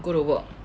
go to work